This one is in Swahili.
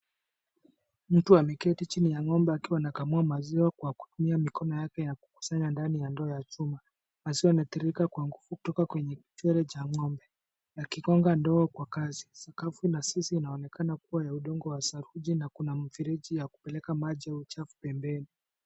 Mtu ameketi chini ya ng'ombe akiwa anakamua maziwa kwa kutumia mikono yake ya kukusanya ndani ya ndoo ya chuma. Maziwa yanatiririka kwa nguvu kutoka kwenye cha kichwele cha ng'ombe akigong'a ndoo kwa kasi. Sakafu na zizi inaonekana kuwa ya udongo wa saruji na kuna mrefeji ya kupeleka maji au uchafu pembeni.